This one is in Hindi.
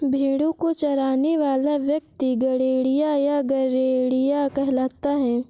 भेंड़ों को चराने वाला व्यक्ति गड़ेड़िया या गरेड़िया कहलाता है